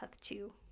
Two